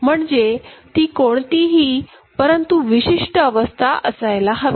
म्हणजे ती कोणतीही परंतु विशिष्ट अवस्था असायला हवी